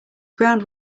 ground